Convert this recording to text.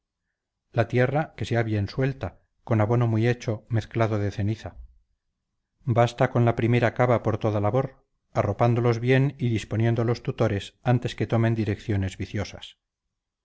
la tierra que sea bien suelta con abono muy hecho mezclado de ceniza basta con la primera cava por toda labor arropándolos bien y disponiendo los tutores antes que tomen direcciones viciosas